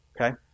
Okay